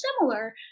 similar